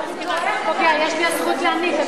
יש לי הזכות להיניק.